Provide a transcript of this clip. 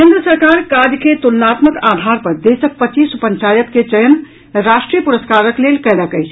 केन्द्र सरकार काज के तुलनात्मक आधार पर देशक पचीस पंचायत के चयन राष्ट्रीय पुरस्कारक लेल कयलक अछि